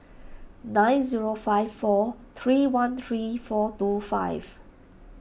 nine zero five four three one three four two five